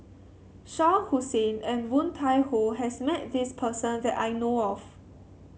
Shah Hussain and Woon Tai Ho has met this person that I know of